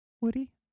Woody